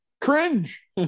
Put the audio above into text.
Cringe